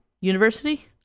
university